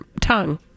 tongue